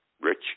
Rich